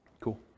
Cool